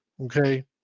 okay